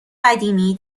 قدیمی